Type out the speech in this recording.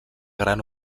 gran